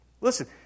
Listen